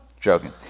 joking